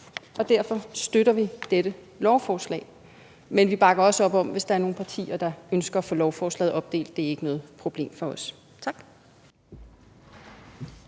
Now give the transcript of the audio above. Og derfor støtter vi dette lovforslag, men vi bakker også op om det, hvis der er nogle partier, der ønsker at dele lovforslaget op. Det er ikke noget problem for os. Tak.